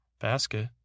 basket